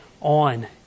on